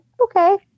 okay